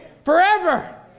forever